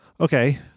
Okay